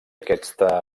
aquesta